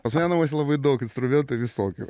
pas mane namuose labai daug instrumentų visokių